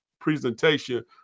presentation